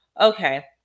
Okay